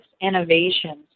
innovations